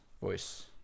voice